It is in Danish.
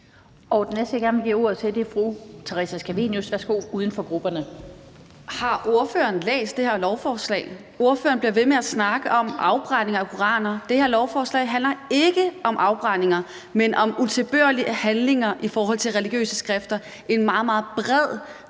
uden for grupperne. Værsgo. Kl. 17:34 Theresa Scavenius (UFG): Har ordføreren læst det her lovforslag? Ordføreren bliver ved med at snakke om afbrænding af koraner. Det her lovforslag handler ikke om afbrændinger, men om utilbørlige handlinger i forhold til religiøse skrifter – en meget,